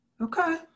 Okay